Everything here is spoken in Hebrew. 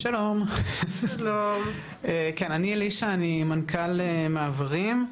שלום, אני אלישע, אני מנכ"ל מעברים,